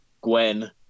Gwen